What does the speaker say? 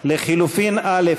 ההסתייגות לחלופין (א)